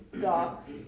dogs